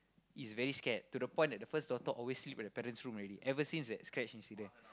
is very scared to the point that the first daughter always sleep at the parents room already ever since that scratch is there